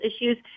issues